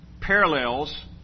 parallels